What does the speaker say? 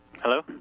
Hello